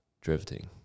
drifting